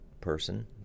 person